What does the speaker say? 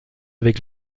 avec